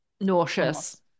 nauseous